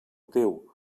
teu